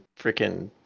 freaking